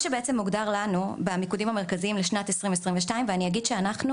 מה שמוגדר לנו במיקודים המרכזיים לשנת 2022 ואני אגיד שאנחנו